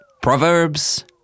Proverbs